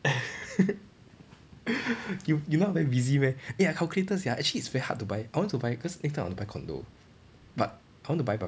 you you now very busy meh eh I calculated sia actually it's very hard to buy I want to buy cause next time I want to buy condo but I want to buy by